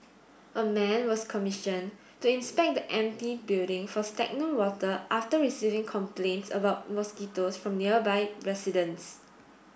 a man was commission to inspect the empty building for stagnant water after receiving complaints about mosquitoes from nearby residents